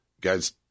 guys